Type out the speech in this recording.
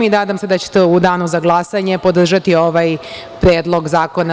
Nadam se da ćete u danu za glasanje podržati ovaj Predlog zakona.